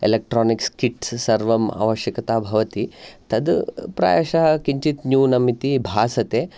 electronics kits सर्वम् आवश्यकता भवति तत् प्रायशः किञ्चित् न्यूनम् इति भासते